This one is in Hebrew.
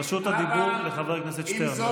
רשות הדיבור לחבר הכנסת שטרן,